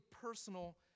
personal